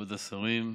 כבוד השרים,